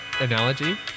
Analogy